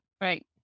Right